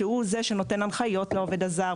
שהוא זה שנותן הנחיות לעובד הזר,